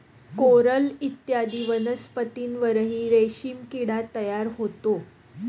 coral इत्यादी वनस्पतींवरही रेशीम किडा तयार होतो